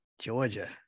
georgia